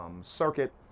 circuit